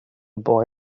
boy